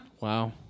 Wow